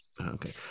Okay